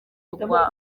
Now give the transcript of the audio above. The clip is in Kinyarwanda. rwa